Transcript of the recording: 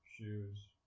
shoes